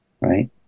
right